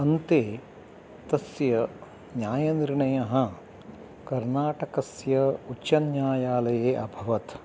अन्ते तस्य न्यायनिर्णयः कर्नाटकस्य उच्चन्यायालये अभवत्